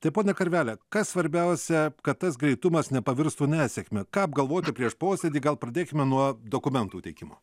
tai ponia karvele kas svarbiausia kad tas greitumas nepavirstų nesėkme ką apgalvoti prieš posėdį gal pradėkime nuo dokumentų teikimo